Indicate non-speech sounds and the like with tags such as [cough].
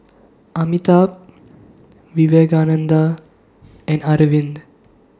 [noise] Amitabh Vivekananda and Arvind